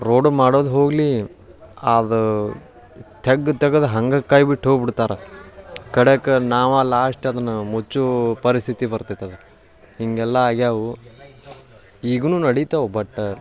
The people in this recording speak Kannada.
ರೋಡು ಮಾಡೋದು ಹೋಗಲಿ ಅದು ತೆಗ್ದ್ ತೆಗ್ದು ಹಂಗೆ ಕೈ ಬಿಟ್ಟು ಹೋಗ್ಬಿಡ್ತಾರೆ ಕಡೇಗ್ ನಾವೇ ಲಾಸ್ಟ್ ಅದನ್ನು ಮುಚ್ಚೋ ಪರಿಸ್ಥಿತಿ ಬರ್ತೈತೆ ಅದು ಹೀಗೆಲ್ಲ ಆಗಿವೆ ಈಗು ನಡಿತಾವೆ ಬಟ್ಟ